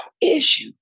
issue